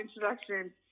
introduction